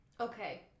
okay